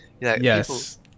Yes